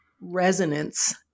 resonance